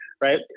right